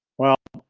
well,